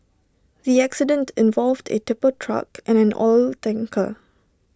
the accident involved A tipper truck and an oil tanker